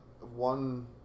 one